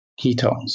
ketones